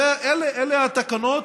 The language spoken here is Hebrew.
אלה התקנות.